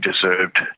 deserved